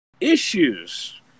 issues